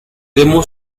demo